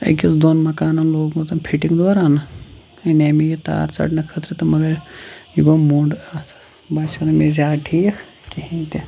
أکس دۄن مَکانن لوگمُت فِٹنٛگ دوران أنے مےٚ یہِ تار ژَٹنہٕ خٲطرٕ تہٕ مگر یہِ گوٚو موٚنڑ اتھ باسیٚو نہٕ مےٚ زیادٕ ٹھیٖک کہیٖنۍ تہِ